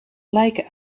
lijken